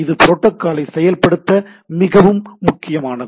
இது புரோட்டோகாலை செயல்படுத்த மிகவும் முக்கியமானது